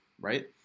right